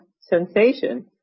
sensation